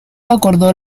acordó